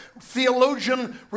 theologian